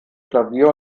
klavier